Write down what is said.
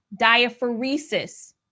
Diaphoresis